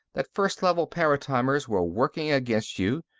that first level paratimers were working against you,